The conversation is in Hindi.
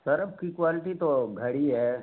सरफ की क्वालटी तो घड़ी है